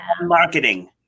marketing